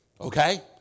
Okay